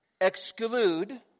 exclude